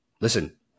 listen